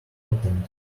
attend